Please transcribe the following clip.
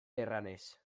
erranez